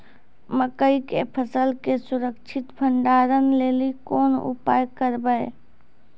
मकई के फसल के सुरक्षित भंडारण लेली कोंन उपाय करबै?